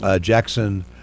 Jackson